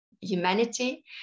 humanity